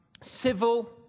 civil